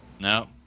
No